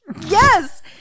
yes